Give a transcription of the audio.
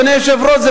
אדוני היושב-ראש,